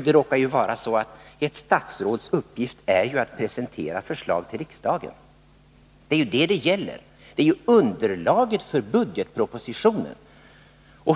Det råkar vara så att ett statsråds uppgift är att presentera förslag till riksdagen. Här gäller det alltså underlaget för budgetpropositionen.